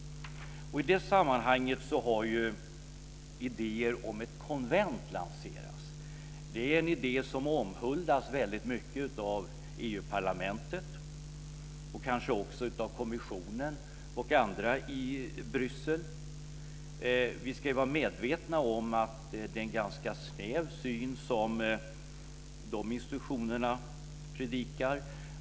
I det sammanhanget har idéer om ett konvent lanserats. Det är en idé som väldigt mycket omhuldas av EU-parlamentet och kanske också av kommissionen och andra organ i Bryssel. Vi ska vara medvetna om att det är en ganska snäv syn som de institutionerna predikar.